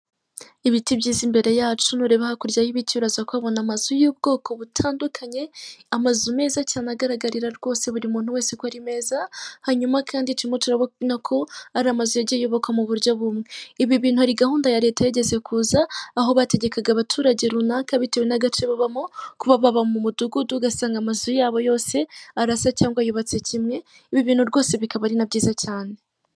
Ibiti byiza imbere yacu, nureba hakurya y'ibiti uraza kuhabona amazu y'ubwoko butandukanye, amazu meza cyane agaragarira rwose buri muntu wese ko ari meza, hanyuma kandi turimo turabona ko ari amazu yagiye yubakwa mu buryo bumwe, ibi bintu hari gahunda ya Leta yigeze kuza, aho bategekaga abaturage runaka bitewe n'agace babamo kuba baba mu mudugudu ugasanga amazu yabo yose arasa cyangwa yubatse kimwe, ibi bintu rwose bikaba ari na byiza cyane.